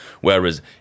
Whereas